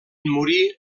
morir